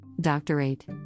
Doctorate